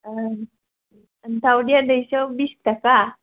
दावदैया दैसेयाव बिसताका